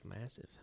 massive